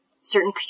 certain